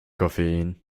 koffein